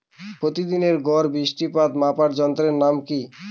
প্রতিদিনের গড় বৃষ্টিপাত মাপার যন্ত্রের নাম কি?